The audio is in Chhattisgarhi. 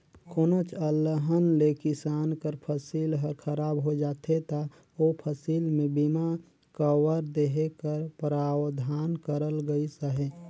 कोनोच अलहन ले किसान कर फसिल हर खराब होए जाथे ता ओ फसिल में बीमा कवर देहे कर परावधान करल गइस अहे